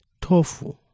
tofu